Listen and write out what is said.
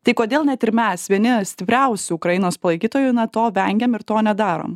tai kodėl net ir mes vieni stipriausių ukrainos palaikytojų na to vengiam ir to nedarom